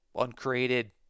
uncreated